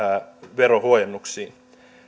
verohuojennuksiin